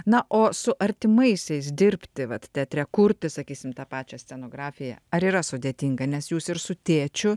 na o su artimaisiais dirbti vat teatre kurti sakysim tą pačią scenografiją ar yra sudėtinga nes jūs ir su tėčiu